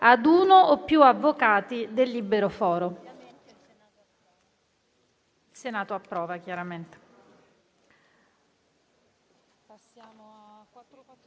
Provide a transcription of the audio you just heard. ad uno o più avvocati del libero foro.